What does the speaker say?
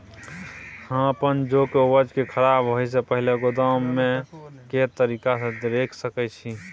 हम अपन जौ के उपज के खराब होय सो पहिले गोदाम में के तरीका से रैख सके छी?